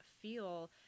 feel